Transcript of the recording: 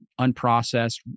unprocessed